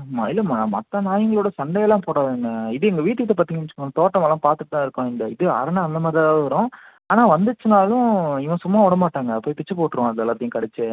ஆமாம் இல்லை மற்றநாயிங்களோட சண்டை எல்லாம் போடாதுங்க இது எங்கள் வீட்டுக்கிட்ட பார்த்திங்கனு வச்சுகோங்க தோட்டமெல்லாம் பார்த்துட்தான் இருக்கோம் இந்த இது அரணை அந்தமாதிரிதான் எதாவது வரும் ஆனால் வந்துச்சினாலும் இவன் சும்மா விடமாட்டாங்க போய் பிச்சிபோட்ருவான் அது எல்லாத்தையும் கடிச்சே